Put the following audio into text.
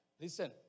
Listen